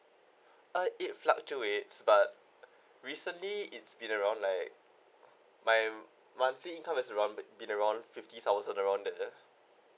ah it fluctuates but recently it's been around like my monthly income is around been around fifty thousand around there